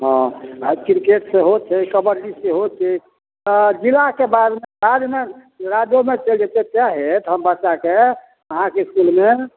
हँ आ क्रिकेट सेहो छै कबड्डी सेहो छै तऽ जिलाके बादमे राज्यमे राज्योमे चलि जेतै चाहे हम बच्चाके अहाँके इसकुलमे